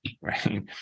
right